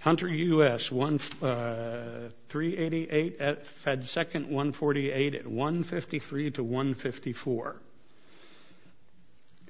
hunter u s one five three eighty eight at fed second one forty eight at one fifty three to one fifty four